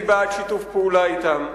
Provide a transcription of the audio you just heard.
אני בעד שיתוף פעולה אתם.